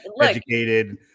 educated